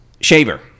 shaver